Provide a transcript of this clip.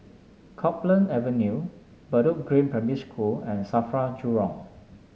Copeland Avenue Bedok Green Primary School and Safra Jurong